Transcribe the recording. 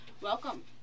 Welcome